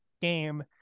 game